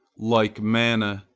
like manna,